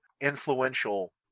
influential